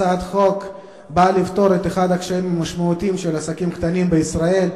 הצעת החוק באה לפתור את אחד הקשיים המשמעותיים של עסקים קטנים בישראל.